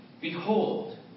behold